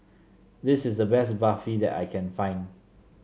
this is the best Barfi that I can find